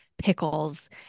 pickles